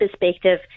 perspective